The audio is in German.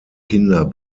kinder